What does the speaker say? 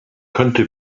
könnte